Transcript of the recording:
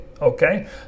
okay